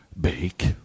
bake